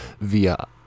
via